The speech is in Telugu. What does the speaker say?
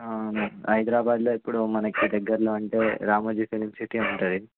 అవును హైదరాబాద్లో ఇప్పుడు మనకి దగ్గరలో అంటే రామోజీ ఫిలిం సిటీ ఉంటుంది